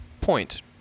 point